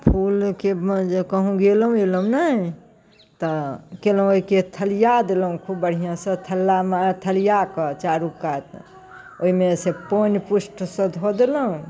फूलके मज कहूँ गेलहुँ अएलहुँ नहि तऽ केलहुँ एहिके थलिआ देलहुँ खूब बढ़िआँसँ थल्ला थलिआकऽ चारूकात ओहिमे से पानि पुष्टसँ धऽ देलहुँ